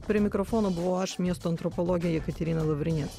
prie mikrofono buvau aš miesto antropologė jekaterina lavrinec